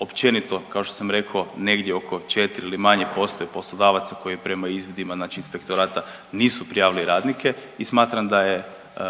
Općenito kao što sam rekao negdje oko 4 ili manje postoji poslodavaca koji prema izvidima, znači inspektorata nisu prijavili radnike. I smatram da je